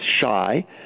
shy